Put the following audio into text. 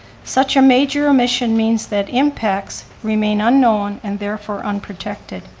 such a major omission means that impacts remain unknown, and therefore, unprotected.